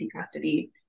custody